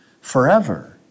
forever